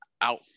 out